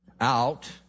Out